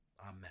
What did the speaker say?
Amen